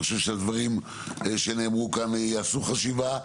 אני חושב שהדברים שנאמרו כאן יעשו חשיבה,